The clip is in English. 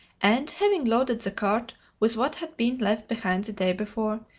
and, having loaded the cart with what had been left behind the day before,